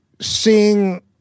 seeing